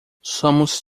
somos